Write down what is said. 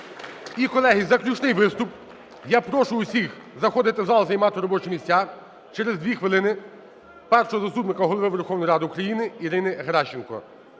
І, колеги, заключний виступ. Я прошу всіх заходити в зал і займати робочі місця. Через 2 хвилини Першого заступника Голови Верховної Ради України Ірини Геращенко…